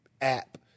app